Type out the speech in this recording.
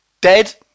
Dead